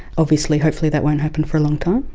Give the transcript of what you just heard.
obviously hopefully that won't happen for a long time,